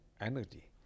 energy